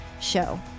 show